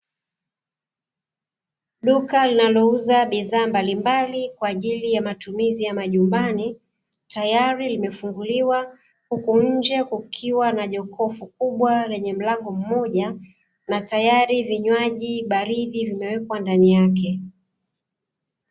Duka linalouza bidhaa mbalimbali, kwa ajili ya matumizi ya majumbani, tayari limefunguliwa huku nnje kukiwa na jokofu kubwa lenye mlango mmoja na tayari vinywaji baridi vimewekwa ndani yake.